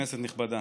כנסת נכבדה,